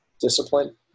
discipline